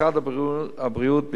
משרד הבריאות,